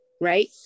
right